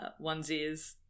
onesies